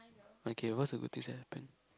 okay what's the good things that happened